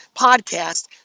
podcast